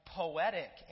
poetic